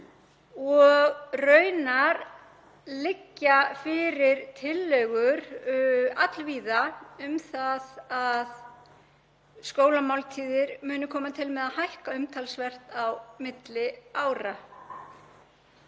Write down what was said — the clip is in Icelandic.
og raunar liggja fyrir tillögur allvíða um það að skólamáltíðir muni koma til með að hækka umtalsvert á milli ára